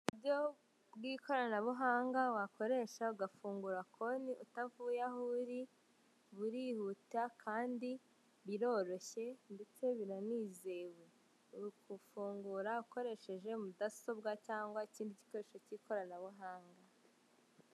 Uburyo bw'ikoranabuhanga wakoresha ugafungura konti utavuye aho uri, burihuta kandi biroroshye ndetse biranizewe. ufungura ukoresheje mudasobwa cyangwa ikindi gikoresho k'ikoranabuhanga.